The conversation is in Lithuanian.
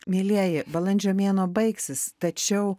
mielieji balandžio mėnuo baigsis tačiau